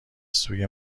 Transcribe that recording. سوی